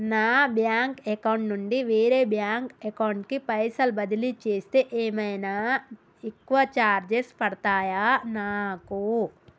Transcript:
నా bank account నుండి వేరే బ్యాంక్ అకౌంట్ కి పైసల్ బదిలీ చేస్తే ఏమైనా ఎక్కువ చార్జెస్ పడ్తయా నాకు?